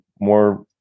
more